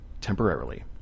temporarily